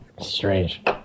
Strange